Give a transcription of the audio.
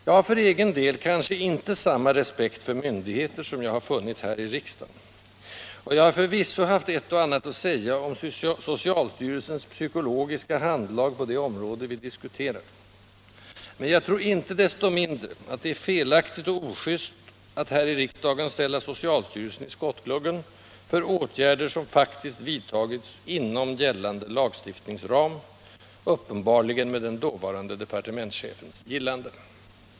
Jag har för egen del kanske inte samma respekt för myndigheter som jag har funnit här i riksdagen, och jag har förvisso haft ett och annat att säga om socialstyrelsens psykologiska handlag på det område vi diskuterar, men jag tror inte desto mindre att det är felaktigt och ojust att här i riksdagen ställa socialstyrelsen i skottgluggen för åtgärder som faktiskt vidtagits inom den gällande lagstiftningens ram, uppenbarligen med den dåvarande departementschefens gillande.